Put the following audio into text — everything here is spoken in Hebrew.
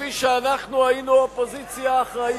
כפי שאנחנו היינו אופוזיציה אחראית.